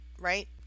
right